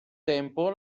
tempo